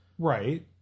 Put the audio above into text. Right